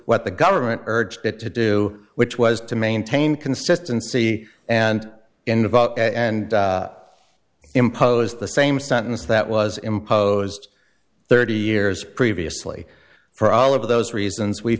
what the government urged it to do which was to maintain consistency and invoke and impose the same sentence that was imposed thirty years previously for all of those reasons we